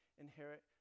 inherit